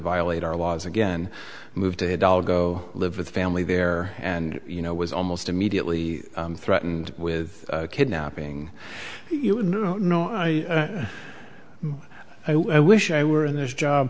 violate our laws again move to a doll go live with family there and you know was almost immediately threatened with kidnapping you know i wish i were in this job